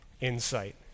insight